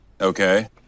Okay